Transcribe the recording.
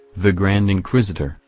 the grand inquisitor,